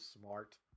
smart